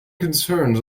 concerns